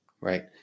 right